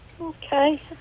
Okay